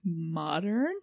modern